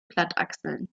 blattachseln